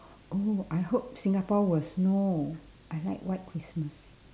oh I hope singapore will snow I like white christmas